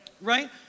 Right